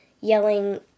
yelling